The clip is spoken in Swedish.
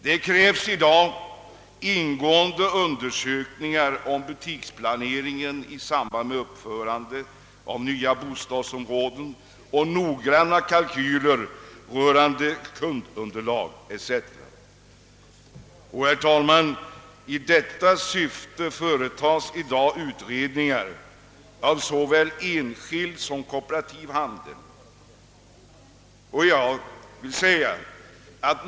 Det krävs i dag ingående undersökningar om butiksplanering i samband med uppförandet av nya bostadsområden och noggranna kalkyler rörande kundunderlag etc. I detta syfte, herr talman, företas i dag utredningar av såväl enskild som kooperativ handel.